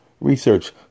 research